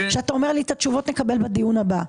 שאתה אומר לי שאת התשובות נקבל בדיון הבא.